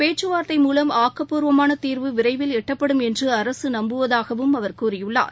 பேச்சுவார்த்தை மூலம் ஆக்கப்பூர்வமானதீர்வு விரைவில் எட்டப்படும் என்றுஅரகநம்புவதாகவும் அவர் கூறியுள்ளார்